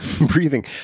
breathing